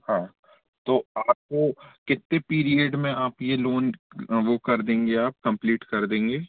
हाँ तो आपको कितने पीरियड में आप ये लोन वो कर देंगे आप कम्प्लीट कर देंगे